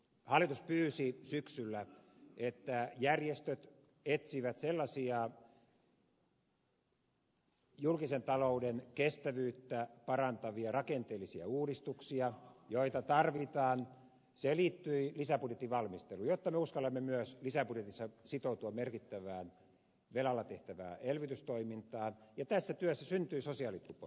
hallitus pyysi syksyllä että järjestöt etsivät sellaisia julkisen talouden kestävyyttä parantavia rakenteellisia uudistuksia joita tarvitaan se liittyi lisäbudjetin valmisteluun jotta me uskallamme myös lisäbudjetissa sitoutua merkittävään velalla tehtävään elvytystoimintaan ja tässä työssä syntyi sosiaalitupo